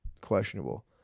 questionable